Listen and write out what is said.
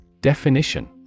Definition